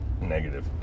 Negative